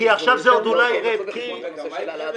שר העבודה,